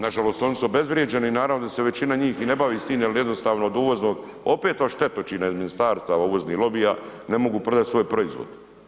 Nažalost oni su obezvrijeđeni i naravno da se većina njih ni ne bavi s tim jel jednostavno od uvoznog opet od štetočine od ministarstava uvoznih lobija ne mogu prodati svoj proizvod.